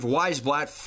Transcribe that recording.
Weisblatt